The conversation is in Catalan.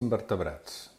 invertebrats